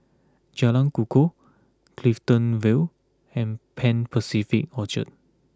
Jalan Kukoh Clifton Vale and Pan Pacific Orchard